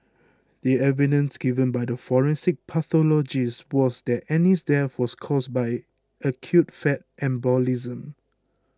the evidence given by the forensic pathologist was that Annie's death was caused by acute fat embolism